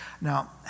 Now